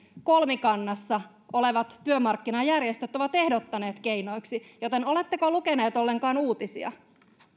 kolmikannassa olevat työmarkkinajärjestöt ovat ehdottaneet keinoiksi joten oletteko lukeneet ollenkaan uutisia